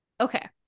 okay